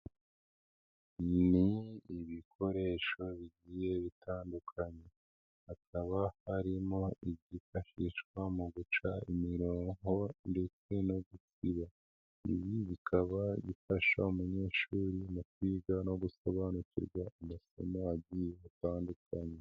Ni ibikoresho bigiye bitandukanye, hakaba harimo ibyifashishwa mu guca imirongo ndetse no gusiba, ibi bikaba bifasha umunyeshuri mu kwiga no gusobanukirwa amasomo agiye atandukanye.